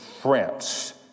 France